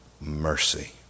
mercy